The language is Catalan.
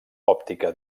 òptica